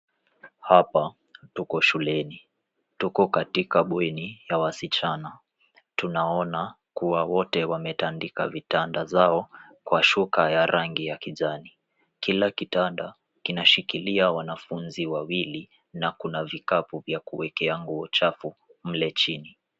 Hapa tuko shuleni tuko katika bweni ya wasichana tunaona kuwa wote wametandika vitanda zao kwa shuka ya rangi ya kijani kila kitanda kinashikilia wanafunzi wawili na kuna vikapu vya kuwekea nguo chafu mle chini.